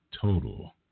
Total